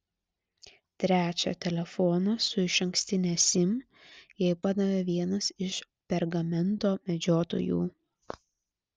trečią telefoną su išankstine sim jai padavė vienas iš pergamento medžiotojų